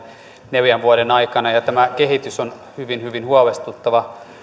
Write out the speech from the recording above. neljän vuoden aikana ja tämä kehitys on hyvin hyvin huolestuttava